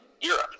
Europe